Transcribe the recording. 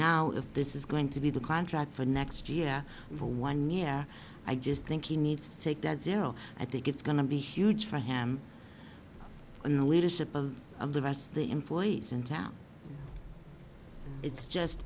now if this is going to be the contract for next year for one yeah i just think he needs to take that zero i think it's going to be huge for him in the leadership of of the rest of the employees in town it's just